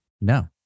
No